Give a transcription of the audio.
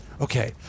Okay